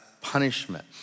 punishment